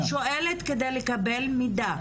אני שואלת כדי לקבל מידע.